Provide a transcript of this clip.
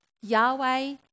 Yahweh